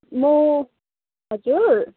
म हजुर